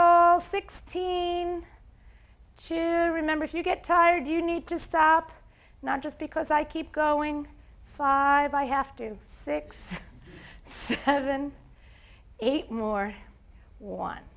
soft sixteen to remember if you get tired you need to stop not just because i keep growing five i have to six seven eight more one